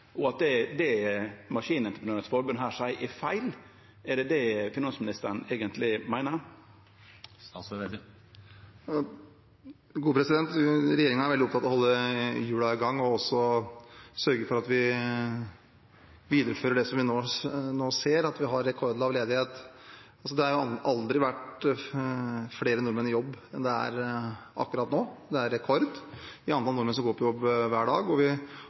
og at det MEF seier her, er feil? Er det det finansministeren eigentleg meiner? Regjeringen er veldig opptatt av å holde hjulene i gang og også sørge for at vi viderefører det vi nå ser, at vi har rekordlav ledighet. Det har aldri vært flere nordmenn i jobb enn det er akkurat nå, det er rekord i antall nordmenn som går på jobb hver dag, og vi